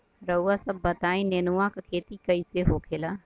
रउआ सभ बताई नेनुआ क खेती कईसे होखेला?